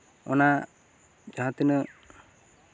ᱚᱱᱟ ᱡᱟᱦᱟᱸᱛᱤᱱᱟᱹᱜ